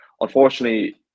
unfortunately